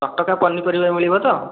ତଟକା ପନିପରିବା ମିଳିବ ତ